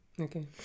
Okay